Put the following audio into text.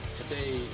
today